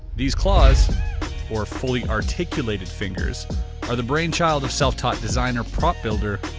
these claws or fully articulated fingers are the brainchild of self-taught designer, prop builder,